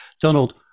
Donald